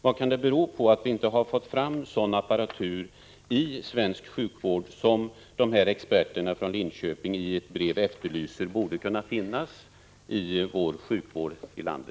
Vad kan det bero på att man inom svensk sjukvård inte har fått fram sådan utrustning som de här experterna från Linköping i ett brev efterlyser och som de säger borde kunna finnas?